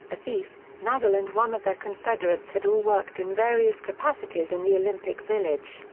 afif, nazzal and one of their confederates had all worked in various capacities in the olympic village,